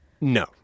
No